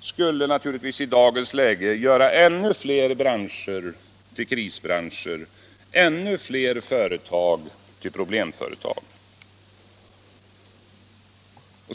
skulle i dagens läge göra ännu fler branscher till krisbranscher och ännu fler företag till problemföretag.